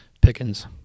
Pickens